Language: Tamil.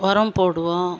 உரம் போடுவோம்